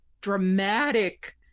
dramatic